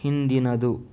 ಹಿಂದಿನದು